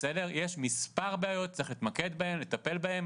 יש מספר בעיות וצריך להתמקד בהן ולטפל בהן,